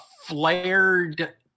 flared